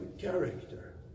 character